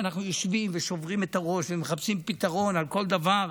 ואנחנו יושבים ושוברים את הראש ומחפשים פתרון לכל דבר,